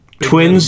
Twins